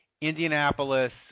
Indianapolis